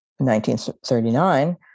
1939